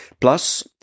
Plus